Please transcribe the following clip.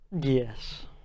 Yes